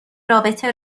رابطه